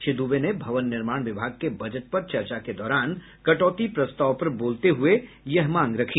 श्री दूबे ने भवन निर्माण विभाग के बजट पर चर्चा के दौरान कटौती प्रस्ताव पर बोलते हुए यह मांग रखी